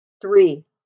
Three